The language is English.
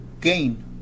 gain